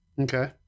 Okay